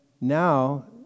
now